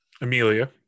Amelia